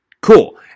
cool